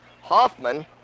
Hoffman